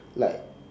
like